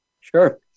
Sure